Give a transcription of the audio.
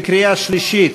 חברי הכנסת, בקריאה שלישית,